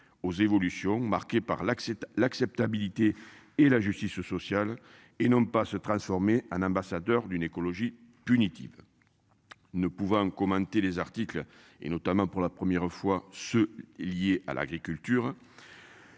aux évolutions marquées par l'accident l'acceptabilité et la justice sociale et non pas se transformer un ambassadeur d'une écologie punitive. Ne pouvant commenter les articles et notamment pour la première fois ceux liés à l'agriculture.